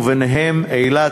וביניהן אילת,